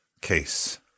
case